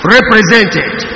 Represented